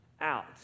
out